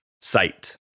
sight